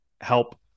help